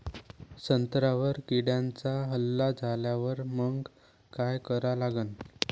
संत्र्यावर किड्यांचा हल्ला झाल्यावर मंग काय करा लागन?